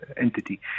entity